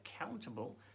accountable